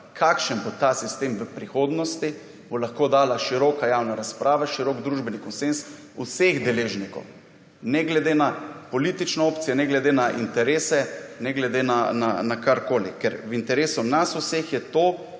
Kakšen bo ta sistem v prihodnosti, bo lahko dala široka javna razprava, širok družbeni konsenz vseh deležnikov ne glede na politično opcijo, ne glede na interese, ne glede na karkoli. Ker v interesu nas vseh je to,